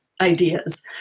ideas